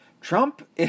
Trump